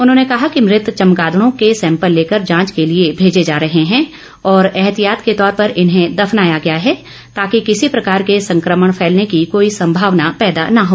उन्होंने कहा कि मृत चमगादड़ों के सैंपल लेकर जांच के लिए भेजे जा रहे हैं और एहतियात के तौर पर इन्हें दफनाया गया है ताकि किसी प्रकार के संकमण फैलने की कोई संभावना पैदा न हो